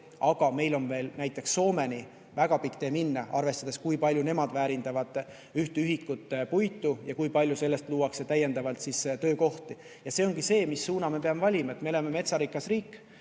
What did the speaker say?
Aga meil on veel näiteks Soomeni väga pikk tee minna, arvestades, kui palju nemad väärindavad ühte ühikut puitu ja kui palju sellest luuakse täiendavalt töökohti. Ja see ongi see, mis suuna me peame valima. Me oleme metsarikas riik,